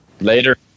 Later